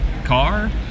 car